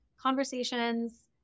conversations